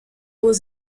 was